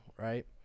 right